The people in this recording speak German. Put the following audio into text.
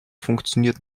funktioniert